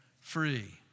free